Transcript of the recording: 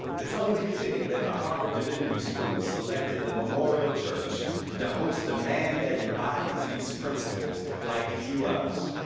it's only fitting that the harvard divinity school selected the memorial church to host a man that embodies these principles like few other,